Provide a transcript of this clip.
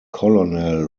colonel